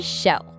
show